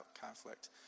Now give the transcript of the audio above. conflict